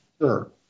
sure